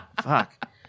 fuck